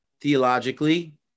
theologically